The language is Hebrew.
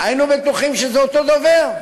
היינו בטוחים שזה אותו דובר.